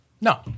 No